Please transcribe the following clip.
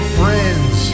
friends